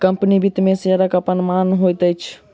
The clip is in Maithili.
कम्पनी वित्त मे शेयरक अपन मान होइत छै